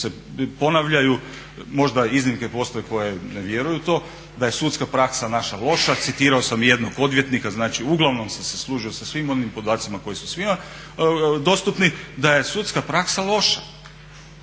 se ponavljaju, možda iznimke postoje koje ne vjeruju to, da je sudska praksa naša loša. Citirao sam i jednog odvjetnika. Znači, uglavnom sam se služio sa svim onim podacima koji su svima dostupni da je sudska praksa loša.